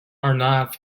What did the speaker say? arnav